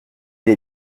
les